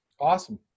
Awesome